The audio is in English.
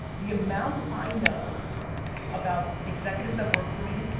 the amount i know about executives that work for me,